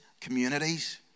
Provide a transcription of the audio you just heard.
communities